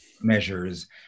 measures